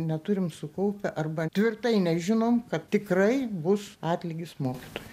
neturim sukaupę arba tvirtai nežinom kad tikrai bus atlygis mokytojui